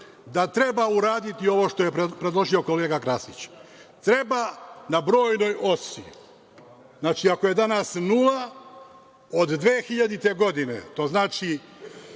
da treba uraditi ovo što je predložio kolega Krasić. Treba na brojnoj osi, znači ako je danas nula, od 2000. godine, to znači